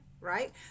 right